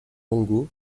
longo